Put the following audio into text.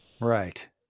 Right